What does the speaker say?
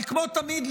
אבל כמו תמיד,